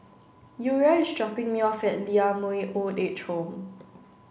Uriah is dropping me off at Lee Ah Mooi Old Age Home